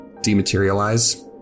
dematerialize